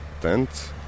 tent